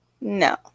No